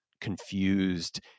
confused